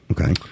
Okay